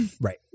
Right